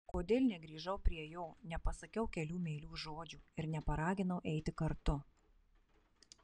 kodėl negrįžau prie jo nepasakiau kelių meilių žodžių ir neparaginau eiti kartu